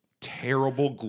terrible